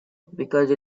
because